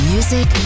Music